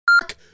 Fuck